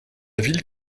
ville